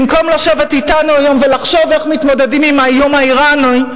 במקום לשבת אתנו היום ולחשוב איך מתמודדים עם האיום האירני,